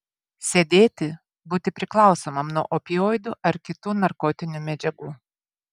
sėdėti būti priklausomam nuo opioidų ar kitų narkotinių medžiagų